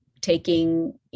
Taking